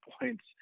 points